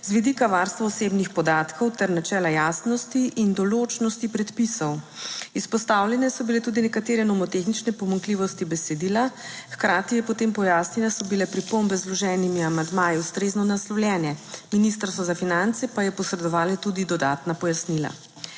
z vidika varstva osebnih podatkov ter načela jasnosti in določnosti predpisov. Izpostavljene so bile tudi nekatere nomotehnične pomanjkljivosti besedila. Hkrati je potem pojasnila, da so bile pripombe z vloženimi amandmaji ustrezno naslovljene, Ministrstvo za finance pa je posredovalo tudi dodatna pojasnila.